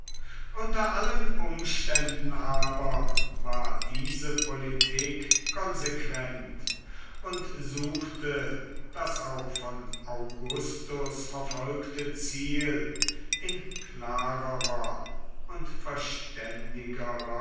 unter allen umständen aber war diese politik konsequent und suchte das auch von augustus verfolgte ziel in klarerer und verständigerer